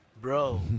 bro